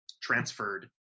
transferred